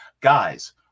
guys